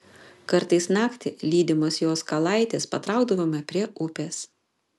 kartais naktį lydimos jos kalaitės patraukdavome prie upės